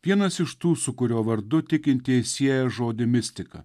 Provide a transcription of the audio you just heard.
vienas iš tų su kurio vardu tikintieji sieja žodį mistika